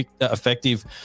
effective